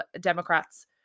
democrats